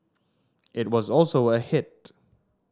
it was also a hit